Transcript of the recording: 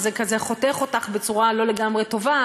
וזה כזה חותך אותך בצורה לא לגמרי טובה,